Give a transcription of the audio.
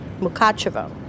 Mukachevo